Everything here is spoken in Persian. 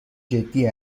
جدی